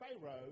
Pharaoh